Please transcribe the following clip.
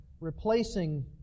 replacing